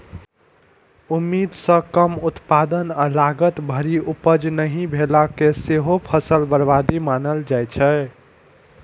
उम्मीद सं कम उत्पादन आ लागत भरि उपज नहि भेला कें सेहो फसल बर्बादी मानल जाइ छै